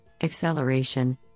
acceleration